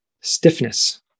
stiffness